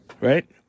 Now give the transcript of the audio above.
right